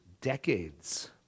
decades